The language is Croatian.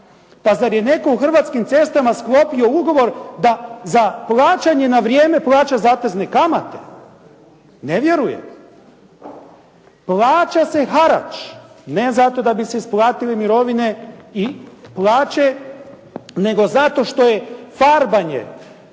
Pa zar je netko u Hrvatskim cestama sklopio ugovor da za plaćanje na vrijeme plaća zatezne kamate? Ne vjerujem. Plaća se harač, ne zato da bi se isplatile mirovine i plaće, nego zato što je farbanje